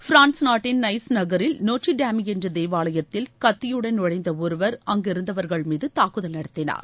France நாட்டின் Nice நகரில் Notre Dame என்ற தேவாவயத்தில் கத்தியுடன் நுழைந்த ஒருவர் அங்கு இருந்தவர்கள் மீது தூக்குதல் நடத்தினார்